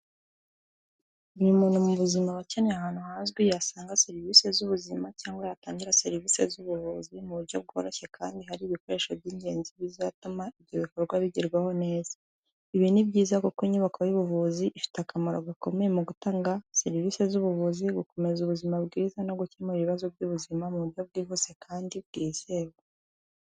Buri muntu mu buzima aba akenye ahantu hazwi, yasanga serivisi z'ubuzima cyangwa yatangira serivisi z'ubuvuzi mu buryo bworoshye kandi hari ibikoresho by'ingenzi bizatuma ibyo bikorwa bigerwaho neza. Ibi ni byiza kuko inyubako y'ubuvuzi ifite akamaro gakomeye mu gutanga serivisi z'ubuvuzi, gukomeza ubuzima bwiza, no gukemura ibibazo by'ubuzima mu buryo bwihuse kandi bwizewe.